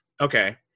Okay